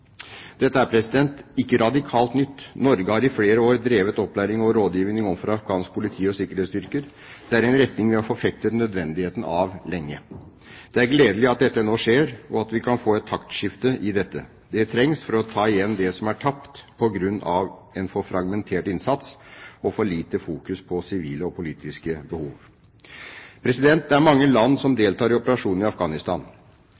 Dette er ikke radikalt nytt. Norge har i flere år drevet opplæring av og rådgivning overfor afghanske politi- og sikkerhetsstyrker. Det er en retning vi lenge har forfektet nødvendigheten av. Det er gledelig at dette nå skjer, og at vi kan få et taktskifte i dette. Det trengs for å ta igjen det som er tapt på grunn av en for fragmentert innsats og for lite fokusering på sivile og politiske behov. Det er mange land som